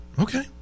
Okay